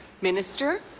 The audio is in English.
minister